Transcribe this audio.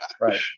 Right